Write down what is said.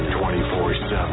24-7